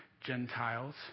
Gentiles